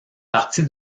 partie